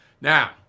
Now